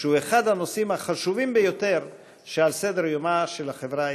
שהוא אחד הנושאים החשובים ביותר על סדר-יומה של החברה הישראלית.